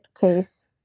case